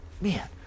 Man